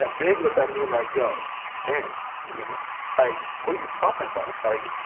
and big look i mean, like, yo tan and i. who are you talking about? like,